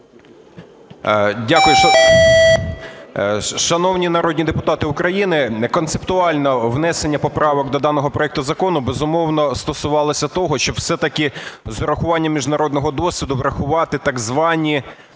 Дякую. Шановні народні депутати України! Концептуально внесення поправок до даного проекту закону безумовно стосувалося того, щоб все-таки з урахуванням міжнародного досвіду врахувати так звані